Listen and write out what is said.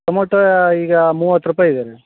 tomato ಈಗ ಮೂವತ್ತು ರೂಪಾಯಿ ಇದೆ ರೀ